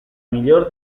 millor